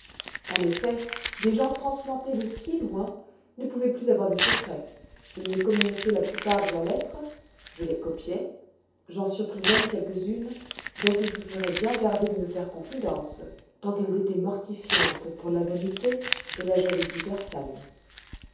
en effet des gens transplantés de si loin ne pouvoient plus avoir de secrets ils me communiquoient la plupart de leurs lettres je les copiai j'en surpris même quelques-unes dont ils se seroient bien gardés de me faire confidence tant elles étoient mortifiantes pour la vanité et la jalousie persane